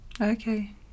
Okay